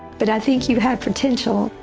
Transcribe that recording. but i think you have potential.